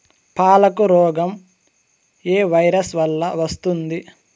పాలకు రోగం ఏ వైరస్ వల్ల వస్తుంది?